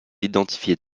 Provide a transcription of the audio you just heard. identifier